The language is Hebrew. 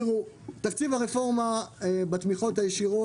תקציב הרפורמה הישנה בתמיכות הישירות